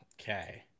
Okay